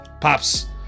pops